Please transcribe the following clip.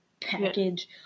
package